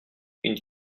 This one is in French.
une